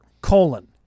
Colon